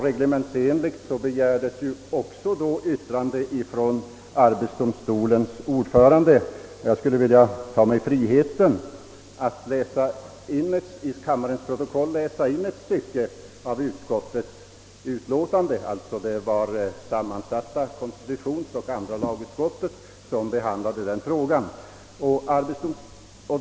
Reglementsenligt begärdes då också yttrande från arbetsdomstolens ordförande. Jag tar mig friheten att till kammarens protokoll läsa in ett avsnitt ur utlåtandet från sammansatta konstitutionsoch andra lagutskottet, som då behandlade den frågan.